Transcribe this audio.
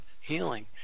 healing